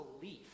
belief